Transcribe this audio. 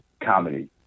comedy